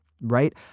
right